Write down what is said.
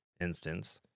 instance